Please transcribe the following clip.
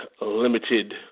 limited